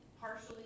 partially